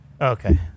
okay